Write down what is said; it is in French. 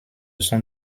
son